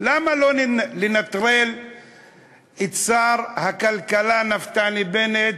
למה לא לנטרל את שר הכלכלה נפתלי בנט,